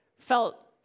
felt